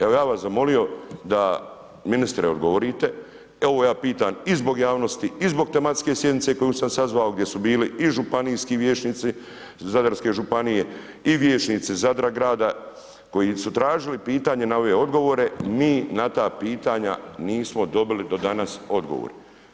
Evo ja bi vas zamolio da ministre odgovorite, ovo ja pitam i zbog javnosti i zbog tematske sjednice koju sam sazvao, gdje su bili i županijski vijećnici Zadarske županije i vijećnici Zadra grada, koji su tražili pitanja na ove odgovore, mi na ta pitanja, nismo dobili do danas odgovor.